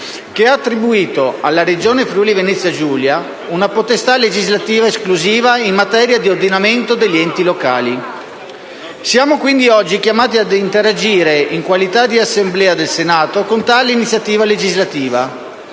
che ha attribuito alla Regione Friuli-Venezia Giulia una potestà legislativa esclusiva in materia di ordinamento degli enti locali. Siamo quindi oggi chiamati ad interagire, in qualità di Assemblea del Senato, con tale iniziativa legislativa.